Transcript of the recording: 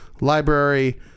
Library